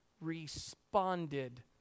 responded